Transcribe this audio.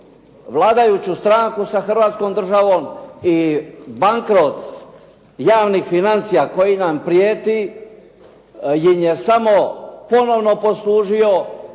vladajuću stranku sa Hrvatskom državom i bankrot javnih financija koji nam prijeti im je samo ponovno poslužio